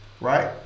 right